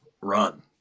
run